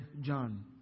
John